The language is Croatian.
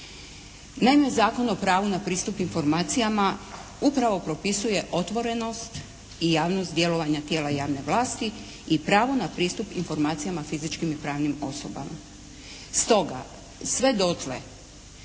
Naime Zakon o pravu na pristup informacijama upravo propisuje otvorenost i javnost djelovanja tijela javne vlasti i pravo na pristup informacijama fizičkim i pravnim osobama.